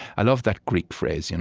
i love that greek phrase, you know